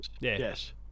Yes